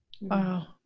Wow